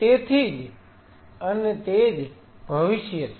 તેથી જ અને તે જ ભવિષ્ય છે